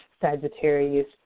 Sagittarius